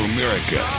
America